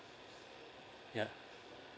yeah